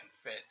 fit